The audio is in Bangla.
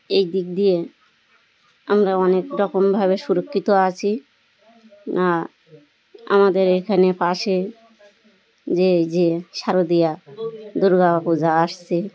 এই দিক দিয়ে আমরা অনেক রকমভাবে সুরক্ষিত আছি আমাদের এখানে পাশে যে যে শারদিয়া দুর্গা পূজা আসছে